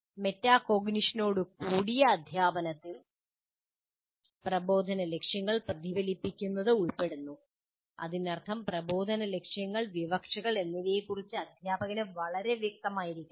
മെറ്റാകോഗ്നിഷനോടുകൂടിയ അധ്യാപനത്തിൽ പ്രബോധന ലക്ഷ്യങ്ങൾ പ്രതിഫലിപ്പിക്കുന്നത് ഉൾപ്പെടുന്നു അതിനർത്ഥം പ്രബോധന ലക്ഷ്യങ്ങൾ വിവക്ഷകൾ എന്നിവയെക്കുറിച്ച് അധ്യാപകന് വളരെ വ്യക്തമായിരിക്കണം